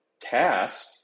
task